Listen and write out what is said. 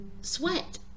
sweat